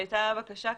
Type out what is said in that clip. הייתה בקשה,